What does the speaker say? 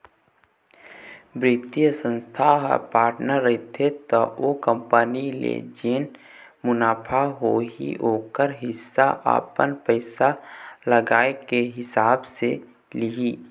बित्तीय संस्था ह पार्टनर रहिथे त ओ कंपनी ले जेन मुनाफा होही ओखर हिस्सा अपन पइसा लगाए के हिसाब ले लिही